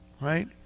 right